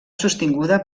sostinguda